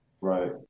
Right